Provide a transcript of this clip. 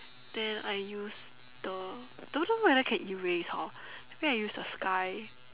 then I use the don't know whether can erase hor maybe I use the sky